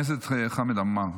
אמן.